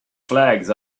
flags